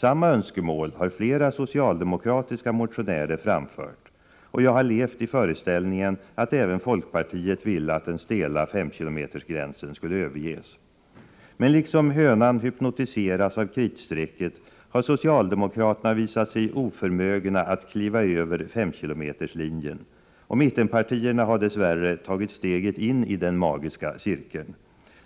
Samma önskemål har flera socialdemokratiska motionärer framfört, och jag har levt i föreställningen att även folkpartiet ville att den stela 5 km-gränsen skulle överges. Men liksom hönan hypnotiseras av kritstrecket har socialdemokraterna visat sig oförmögna att kliva över 5 km-linjen. Och mittenpartierna har dess värre tagit steget in i den magiska cirkeln.